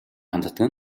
ханддаг